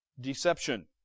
deception